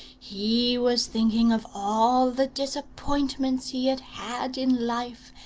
he was thinking of all the disappointments he had had in life,